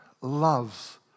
loves